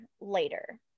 later